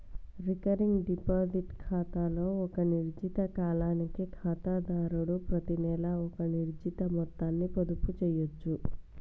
recurring deposit ఖాతాలో ఒక నిర్ణీత కాలానికి ఖాతాదారుడు ప్రతినెలా ఒక నిర్ణీత మొత్తాన్ని పొదుపు చేయచ్చు